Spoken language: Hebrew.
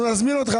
אנחנו נזמין אותך,